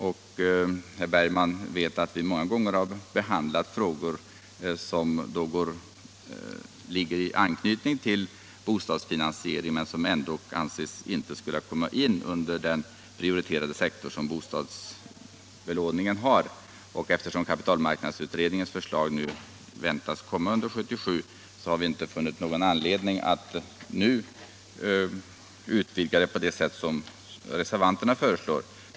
Herr Bergman vet att vi många gånger har behandlat frågor med anknytning till bostadsfinansieringen och att vi då inte funnit skäl att låta nya ändamål komma in på den prioriterade lånemarknaden. Eftersom kapitalmarknadsutredningens förslag väntas komma under 1977, har utskottet inte funnit någon anledning att nu utvidga området på det sätt som reservanterna föreslår.